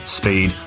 speed